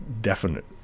definite